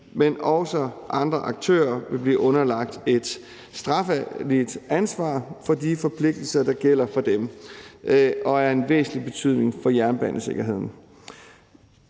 men også andre aktører vil blive underlagt et strafansvar for de forpligtelser, der gælder for dem, og det er af en væsentlig betydning for jernbanesikkerheden.